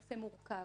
בנושא מורכב,